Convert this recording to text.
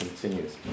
continues